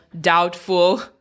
doubtful